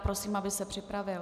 Prosím, aby se připravil.